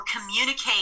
communicate